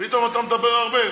לא משנה באיזה נושא,